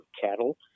cattle